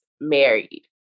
married